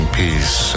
peace